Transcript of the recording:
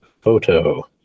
photo